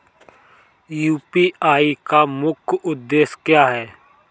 UPI का मुख्य उद्देश्य क्या है?